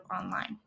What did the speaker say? online